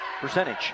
percentage